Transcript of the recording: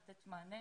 לתת מענה